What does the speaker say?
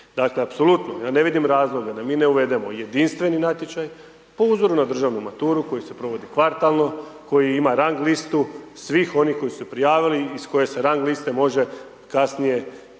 dakle apsolutno ja ne vidim razloga da mi ne uvedemo jedinstveni natječaj po uzoru na državnu maturu koji se provodi kvartalno, koji ima rang listu svih onih koji su se prijavili, iz koje se rang liste može kasnije povlačiti